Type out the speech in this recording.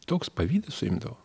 toks pavydas suimdavo